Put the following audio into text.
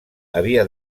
havia